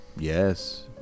Yes